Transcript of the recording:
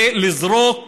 ולזרוק